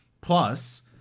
Plus